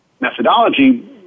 methodology